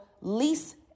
lease